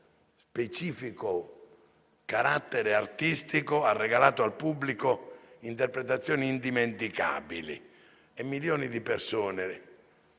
specifico carattere artistico, ha regalato al pubblico interpretazioni indimenticabili; milioni di persone